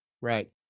Right